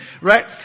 right